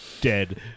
Dead